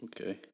Okay